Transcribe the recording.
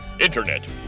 Internet